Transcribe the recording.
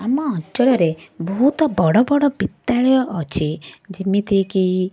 ଆମ ଅଞ୍ଚଳରେ ବହୁତ ବଡ଼ ବଡ଼ ବିଦ୍ୟାଳୟ ଅଛି ଯେମିତି କି